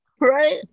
right